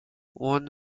one